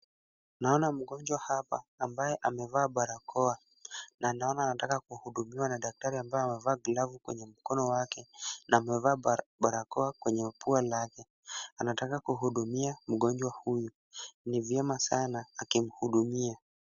Naona mgonjwa hapa ambaye amevaa barakoa na naona anataka kuhudumiwa na daktari ambao wamevaa glavu kwenye mkono wake na amevaa barakoa kwenye pua lake. Anataka kuhudumia mgonjwa huyu. Ni vyema sana akimhudumia.